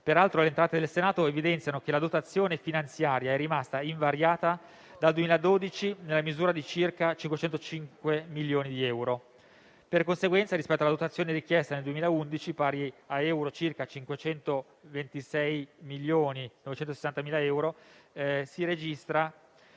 Peraltro, le entrate del Senato evidenziano che la dotazione finanziaria è rimasta invariata dal 2012 nella misura di circa 505 milioni di euro. Per conseguenza, rispetto alla dotazione richiesta nel 2011, pari a euro 526.960.500, si registra